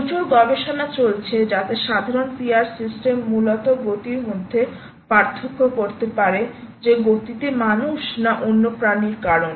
প্রচুর গবেষণা চলছে যাতে সাধারণ PIRসিস্টেম মূলত গতির মধ্যে পার্থক্য করতে পারে যে গতিতে মানুষ নাঅন্য প্রাণীর কারণে